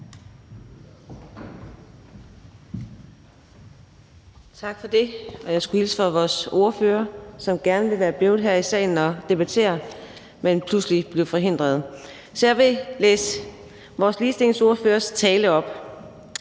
Tak for det. Jeg skulle hilse fra vores ordfører, som gerne ville være blevet her i salen og debattere, men pludselig blev forhindret. Så jeg vil læse vores ligestillingsordførers tale op.